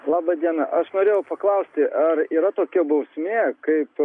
laba diena aš norėjau paklausti ar yra tokia bausmė kaip